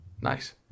Nice